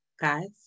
guys